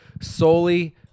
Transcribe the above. solely